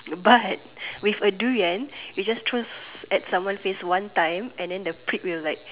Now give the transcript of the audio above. but with a durian you just throw at someone face one time and then the prick will like